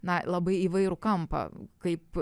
na labai įvairų kampą kaip